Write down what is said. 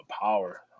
power